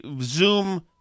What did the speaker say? Zoom